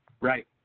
Right